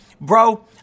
bro